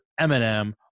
Eminem